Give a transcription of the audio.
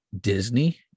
disney